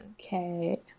Okay